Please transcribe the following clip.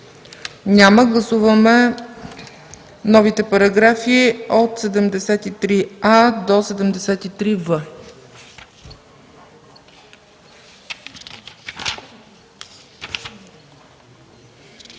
Няма. Гласуваме новите параграфи от 73а до 73в.